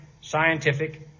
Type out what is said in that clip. scientific